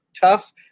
tough